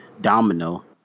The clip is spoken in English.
Domino